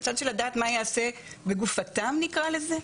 בצד של לדעת מה ייעשה בגופתם נקרא לזה,